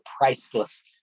priceless